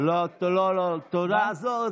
תודה רבה.